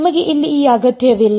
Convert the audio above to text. ನಿಮಗೆ ಇಲ್ಲಿ ಈ ಅಗತ್ಯವಿಲ್ಲ